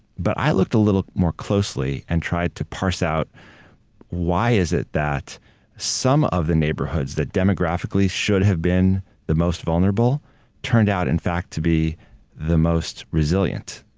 but i looked a little more closely and tried to parse out why is it that some of the neighborhoods that demographically should have been the most vulnerable turned out in fact, to be the most resilient.